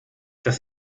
das